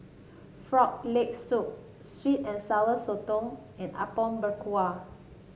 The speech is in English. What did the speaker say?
Frog Leg Soup sweet and Sour Sotong and Apom Berkuah